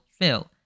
fill